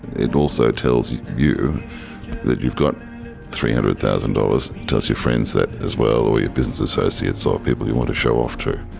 it also tells you you that you've got three hundred thousand dollars, tells your friends that as well, or your business associates or people you want to show off to.